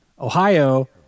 Ohio